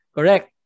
Correct